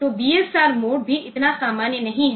तो BSR mode भी इतना सामान्य नहीं है